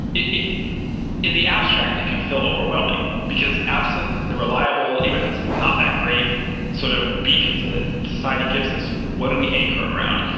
it it in the abstract, it can feel overwhelming because absent the reliable, even if it's not that great sort of beacons that society gives us, what do we anchor around?